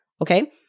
okay